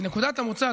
כי נקודת המוצא,